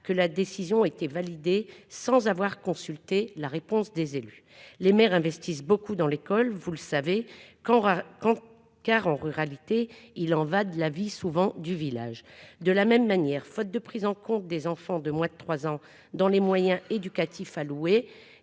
que la décision a été validée sans avoir consulté la réponse des élus, les maires investissent beaucoup dans l'école, vous le savez quand quand car on ruralité. Il en va de la vie souvent du village de la même manière, faute de prise en compte des enfants de moins de 3 ans dans les moyens éducatifs à louer